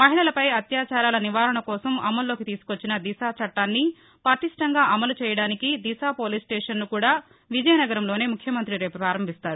మహిళలపై అత్యాచారాల నివారణ కోసం అమల్లోకి తీసుకువచ్చిన దిశా చట్టాన్ని పటిష్టంగా అమలు చేయడానికి దిశా పోలీస్స్టేషన్ను కూడా విజయనగరంలోనే ముఖ్యమంత్రి రేపు పారంభిస్తారు